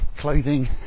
clothing